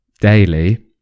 daily